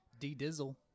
Dizzle